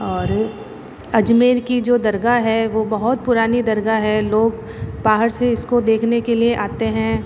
और अजमेर की जो दरगाह है वो बहुत पुरानी दरगाह है लोग बाहर से इसको देखने के लिए आते हैं